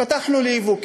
פתחנו לייבוא.